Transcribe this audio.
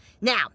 Now